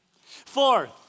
Fourth